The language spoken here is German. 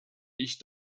ich